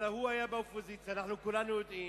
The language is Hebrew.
הלוא הוא היה באופוזיציה, אנחנו כולנו יודעים,